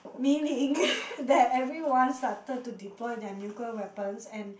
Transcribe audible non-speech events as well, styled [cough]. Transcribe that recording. meaning [breath] that everyone started to deploy their nuclear weapons and